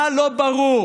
מה לא ברור?